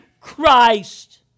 Christ